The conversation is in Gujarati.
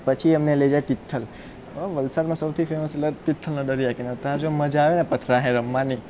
પછી અમને લઈ જાય તિથલ તિથલ વલસાડનો સૌથી ફેમસ એટલે તિથલનો દરિયાકિનારો ત્યાં જે મજા આવેને પથરા છે રમવાની